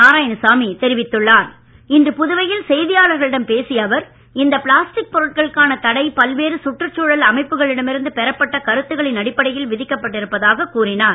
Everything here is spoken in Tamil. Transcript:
நாராயணசாமி இன்று புதுவையில் செய்தியாளர்களிடம் பேசிய அவர் இந்த பிளாஸ்டிக் பொருட்களுக்கான தடை பல்வேறு சுற்றுச்சூழல் அமைப்புகளிடம் இருந்து பெறப்பட்ட கருத்துக்களின் அடிப்படையில் விதிக்கப்பட்டு இருப்பதாக கூறினார்